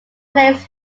players